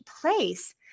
place